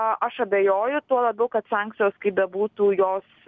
aš abejoju tuo labiau kad sankcijos kaip bebūtų jos